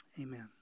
amen